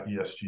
ESG